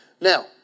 Now